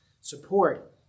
support